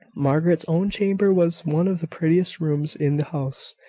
margaret's own chamber was one of the prettiest rooms in the house,